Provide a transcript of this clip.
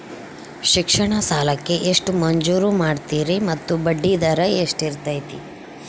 ಶಿಕ್ಷಣ ಸಾಲಕ್ಕೆ ಎಷ್ಟು ಮಂಜೂರು ಮಾಡ್ತೇರಿ ಮತ್ತು ಬಡ್ಡಿದರ ಎಷ್ಟಿರ್ತೈತೆ?